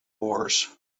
wars